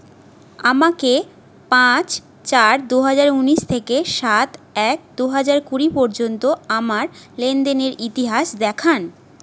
আমাকে পাঁচ চার দু হাজার উনিশ থেকে সাত এক দু হাজার কুড়ি পর্যন্ত আমার লেনদেনের ইতিহাস দেখান